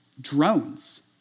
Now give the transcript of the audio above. drones